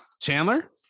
Chandler